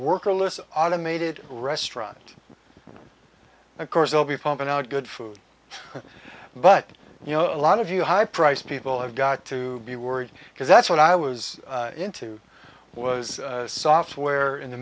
worker list automated restaurant of course they'll be pumping out good food but you know a lot of you high priced people have got to be worried because that's what i was into was software in the